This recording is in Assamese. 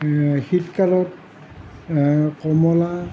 শীতকালত কমলা